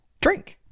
drink